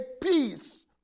peace